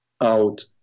out